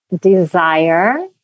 desire